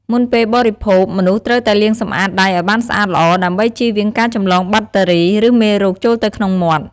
មុនពេលបរិភោគ មនុស្សត្រូវតែលាងសម្អាតដៃឱ្យបានស្អាតល្អ ដើម្បីចៀសវាងការចម្លងបាក់តេរី ឬមេរោគចូលទៅក្នុងមាត់។